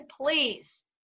please